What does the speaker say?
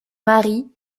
marient